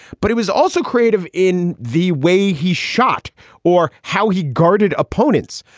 but he was also creative in the way he shot or how he guarded opponents.